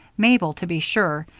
mabel, to be sure,